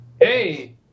Hey